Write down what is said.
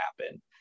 happen